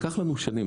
לקח לנו שנים,